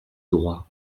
droit